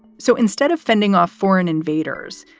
so instead of fending off foreign invaders,